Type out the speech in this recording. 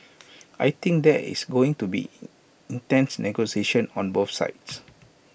I think there is going to be intense negotiations on both sides